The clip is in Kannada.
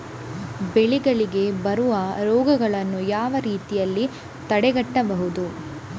ಬೆಳೆಗಳಿಗೆ ಬರುವ ರೋಗಗಳನ್ನು ಯಾವ ರೀತಿಯಲ್ಲಿ ತಡೆಗಟ್ಟಬಹುದು?